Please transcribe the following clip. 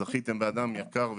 זכיתם באדם יקר וטוב.